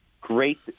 great